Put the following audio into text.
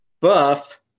Buff